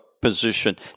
position